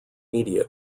media